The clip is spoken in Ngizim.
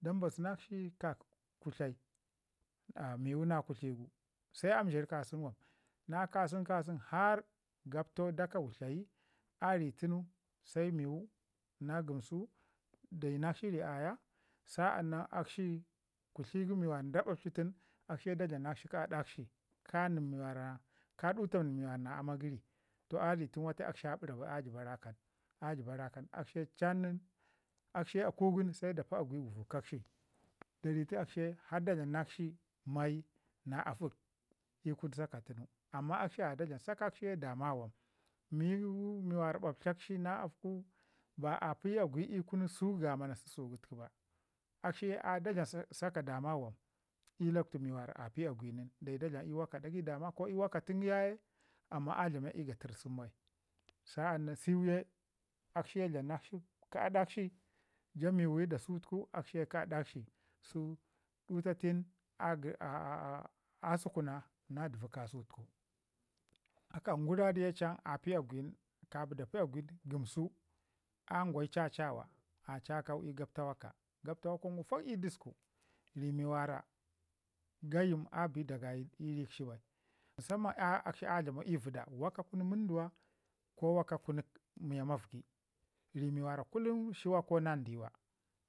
da mbasu nakshi ka kə kutlai miwu na kutli gu se amsharu kasu wam na kasen kasən har gabtau da ka wi tlayi a ri tunu se miwu na gamsu dayi nakshi ri aya, sa'annan kutli gu mi wara da ɓaɓtlu tunu akshi ye da dlam nakshi kə aɗak shi kə nin wara ka duta na ama gəri. Toh a ritunu wate akshi a pəra bai a jəba rakan a jəba rakan akshi ye am nin akugu nin se da pi agwi gunu kakshi da ri tunu akshi ye har da dlam nakshi mai na afək ii kunu saka tunu. Amma akshi a ya dayi da dlam sakakshi dama wam. Mi wara ɓaɓtlakshi na afku ba api agwai i kun su gumana susau gi tuku ba akshi ye aya da dlam saka dama wan ii lakwtu mi wara a pi agwi nin. Da dlam ii wuka ɗagai dama ko ii wuka tun gu ya ye amma a dlame katər sun bai sa'anan seu ye dlam nakshi kə aɗakshi ja miwu da su ke kə aɗakshi su dukati a a sukuna ka sutuku. Haka guraru ke a pi agwi nin gamsu angwayi chachawa a chakau ii gabta woka gabta woko wun fək ii dəsku ri wara gayim a bi da gayi ii rikshi bai musamman akshi a dlame vəda wuka kunu wunduwa ko waka miya mavgi ri wara kullum shi wukon na ndiwa.